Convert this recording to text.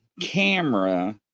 camera